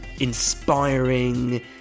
inspiring